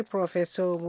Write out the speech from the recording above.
Professor